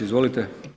Izvolite.